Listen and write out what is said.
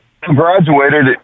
graduated